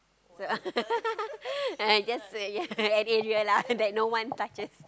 the yes yes that area lah that no one touches